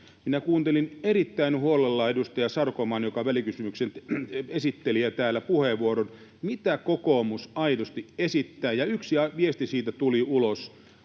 kuuntelin erittäin huolella edustaja Sarkomaata, joka välikysymyksen esitteli ja piti täällä puheenvuoron, ja sitä, mitä kokoomus aidosti esittää, ja yksi viesti siitä tuli ulos: